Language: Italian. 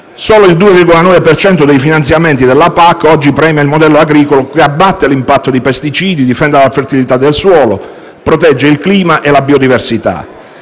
solo il 2,9 per cento dei finanziamenti della PAC premia oggi il modello agricolo che abbatte l'impatto dei pesticidi, difende la fertilità del suolo, protegge il clima e la biodiversità